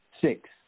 Six